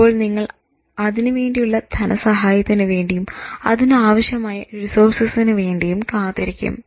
അപ്പോൾ നിങ്ങൾ അതിനു വേണ്ടിയുള്ള ധനസഹായത്തിന് വേണ്ടിയും അതിന് ആവശ്യമായ റിസോഴ്സിനു വേണ്ടിയും കാത്തിരിക്കും